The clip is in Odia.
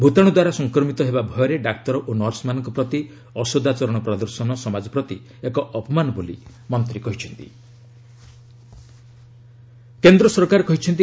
ଭୂତାଣୁ ଦ୍ୱାରା ସଂକ୍ରମିତ ହେବା ଭୟରେ ଡାକ୍ତର ଓ ନର୍ସମାନଙ୍କ ପ୍ରତି ଅସଦାଚରଣ ପ୍ରଦର୍ଶନ ସମାଜ ପ୍ରତି ଏକ ଅପମାନ ବୋଲି ମନ୍ତ୍ରୀ କହିଛନ୍ତି